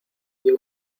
dió